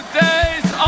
days